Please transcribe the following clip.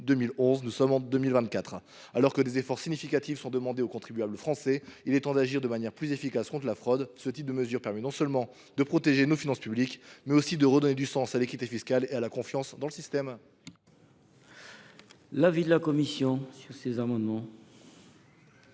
père survenu en 2011. Alors que des efforts significatifs sont demandés aux contribuables français, il est temps d’agir de manière plus efficace contre la fraude. L’adoption de cet amendement permettrait non seulement de mieux protéger nos finances publiques, mais aussi de redonner du sens à l’équité fiscale et à la confiance dans le système. Quel est l’avis de la commission ? En prétendant